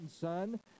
son